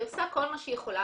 והיא עושה כל מה שהיא יכולה.